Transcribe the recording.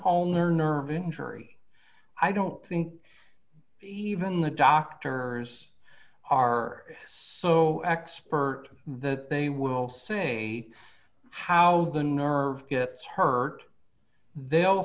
all nerve injury i don't think even the doctor s are so expert that they will say how the nerve gets hurt they'll